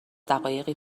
دقایقی